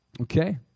Okay